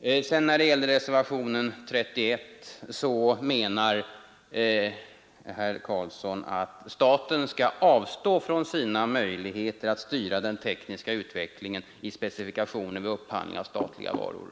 När det gäller reservationen 31 menar herr Karlsson i Huskvarna att staten skall avstå från sina möjligheter att styra den tekniska utvecklingen i specifikationer vid upphandling av statliga varor.